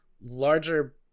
larger